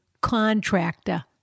contractor